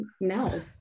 no